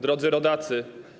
Drodzy Rodacy!